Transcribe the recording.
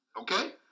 Okay